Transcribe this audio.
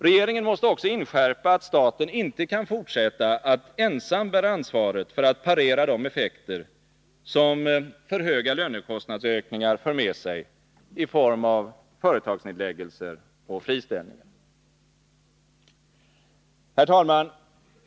Regeringen måste också inskärpa att staten inte kan fortsätta att ensam bära ansvaret för att parera de effekter som för höga lönekostnadsökningar för med sig i form av företagsnedläggelser och friställningar. Herr talman!